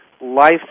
life